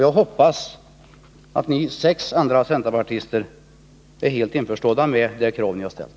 Jag hoppas att ni sex andra teleområdet centerpartister är helt på det klara med det krav ni har ställt.